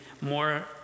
more